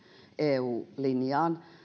eu linjaan